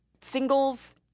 singles